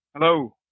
Hello